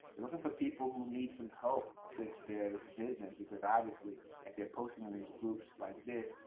you're looking for people who need some help with their business, because obviously if they're posting in these groups like this,